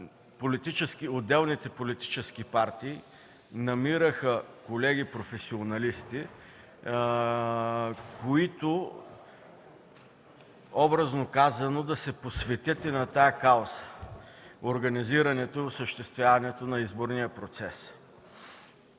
отделните политически партии намираха колеги професионалисти, които, образно казано, да се посветят на тази кауза – организирането и осъществяването на изборния процес.